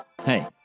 Hey